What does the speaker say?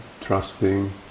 trusting